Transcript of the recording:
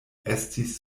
estis